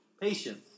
patience